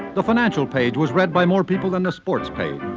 the financial page was read by more people than the sports page.